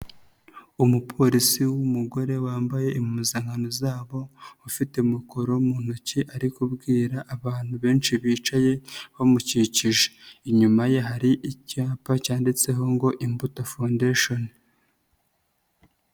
Umupolisi w'umugore wambaye impuzankano zabo ufite mikoro mu ntoki ari kubwira abantu benshi bicaye bamukikije, inyuma ye hari icyapa cyanditseho ngo Imbuto Foundation.